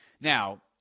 Now